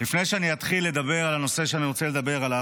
לפני שאני אתחיל לדבר על הנושא שאני רוצה לדבר עליו,